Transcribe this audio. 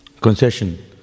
concession